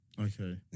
Okay